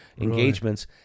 engagements